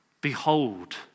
Behold